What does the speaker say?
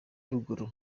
ruguru